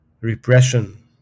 repression